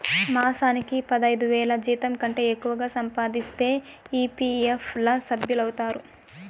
మాసానికి పదైదువేల జీతంకంటే ఎక్కువగా సంపాదిస్తే ఈ.పీ.ఎఫ్ ల సభ్యులౌతారు